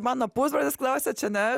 mano pusbrolis klausia čia ne aš